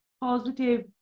positive